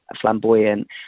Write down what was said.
flamboyant